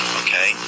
okay